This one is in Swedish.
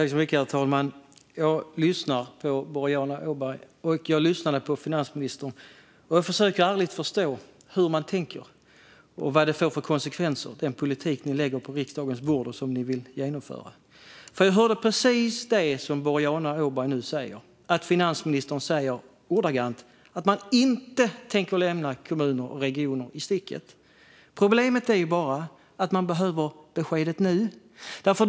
Herr talman! Jag lyssnade på Boriana Åberg, och jag lyssnade på finansministern. Jag försöker ärligt att förstå hur de tänker och vilka konsekvenserna blir av den politik som de lägger på riksdagens bord och som de vill genomföra. Jag hörde precis det som Boriana Åberg sa nu. Finansministern sa ordagrant att man inte tänker lämna kommuner och regioner i sticket. Problemet är bara att de behöver beskedet nu.